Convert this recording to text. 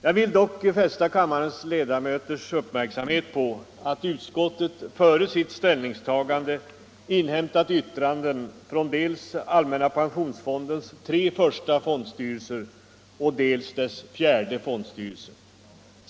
Jag vill dock fästa kammarledamöternas uppmärksamhet på att utskottet före sitt ställningstagande inhämtat yttranden från dels allmänna pensionsfondens första, andra och tredje fondstyrelser, dels dess fjärde fondstyrelse.